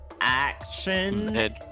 action